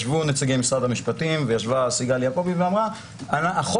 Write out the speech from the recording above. ישבו נציגי משרד המשפטים וישבה סיגל יעקובי אמרה שהחוק